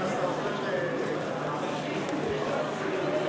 הצבענו על הסתייגות מס' 6, של קבוצת יהדות התורה,